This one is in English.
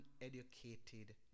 uneducated